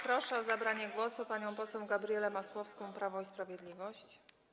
Proszę o zabranie głosu panią poseł Gabrielę Masłowską, Prawo i Sprawiedliwość.